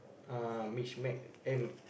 uh mix match eh